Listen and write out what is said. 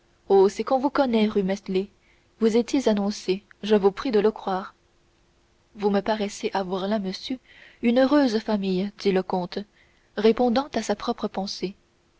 c'est qu'on vous connaît rue meslay vous étiez annoncé je vous prie de le croire vous me paraissez avoir là monsieur une heureuse famille dit le comte répondant à sa propre pensée